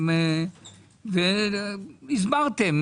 הסברתם.